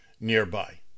nearby